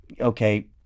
Okay